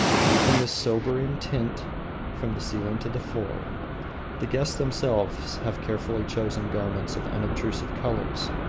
everything is sober in tint from the ceiling to the floor the guests themselves have carefully chosen garments of unobtrusive colors.